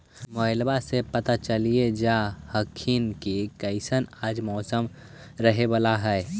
मोबाईलबा से पता चलिये जा हखिन की कैसन आज मौसम रहे बाला है?